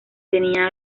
tenía